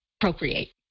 procreate